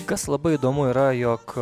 kas labai įdomu yra jog